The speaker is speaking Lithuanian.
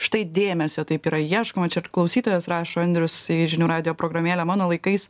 štai dėmesio taip yra ieškoma čia ir klausytojas rašo andrius žinių radijo programėlę mano laikais